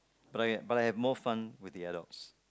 but I have but I have more fun with the adults